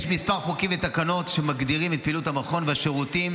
יש כמה חוקים ותקנות שמגדירים את פעילות המכון והשירותים